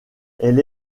elle